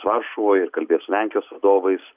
varšuvoj ir kalbės su lenkijos vadovais